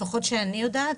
לפחות מה שאני יודעת,